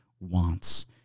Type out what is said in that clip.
wants